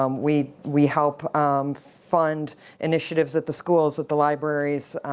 um we we help um fund initiatives at the schools, at the libraries,